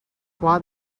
what